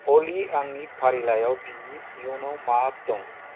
अलि आंनि फारिलाइयाव बिनि इयुनाव मा दं